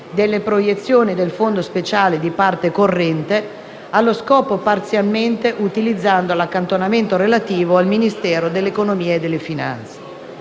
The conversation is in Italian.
delle proiezioni del fondo speciale di parte corrente, allo scopo parzialmente utilizzando l'accantonamento relativo al Ministero dell'economia e delle finanze.